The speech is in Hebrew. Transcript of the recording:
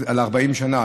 40 שנה,